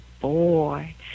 boy